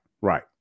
right